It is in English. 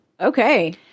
Okay